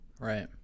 Right